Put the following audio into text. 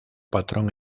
patrón